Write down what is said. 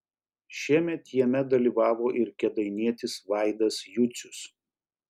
šiemet jame dalyvavo ir kėdainietis vaidas jucius